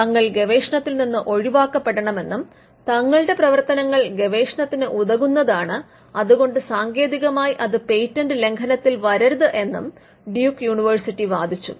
തങ്ങൾ ഗവേഷണത്തിൽ നിന്ന് ഒഴിവാക്കപ്പെടണം എന്നും തങ്ങളുടെ പ്രവർത്തനങ്ങൾ ഗവേഷണത്തിനുതകുന്നതാണ് അതുകൊണ്ട് സാങ്കേതികമായി അത് പേറ്റന്റ് ലംഘനത്തിൽ വരരുത് എന്നും ഡ്യൂക്ക് യൂണിവേഴ്സിറ്റി വാദിച്ചു